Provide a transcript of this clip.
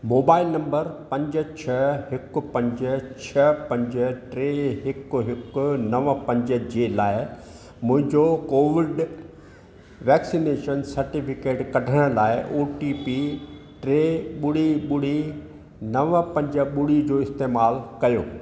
mobile number पंज छह हिकु पंज छह पंज टे हिकु हिकु नव पंज जे लाइ मुंहिंजो कोविड वैक्सिनेशन सर्टिफिकेट कढण लाइ ओ टी पी टे ॿुड़ी ॿुड़ी नव पंज ॿुड़ी जो इस्तेमालु कयो